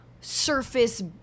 surface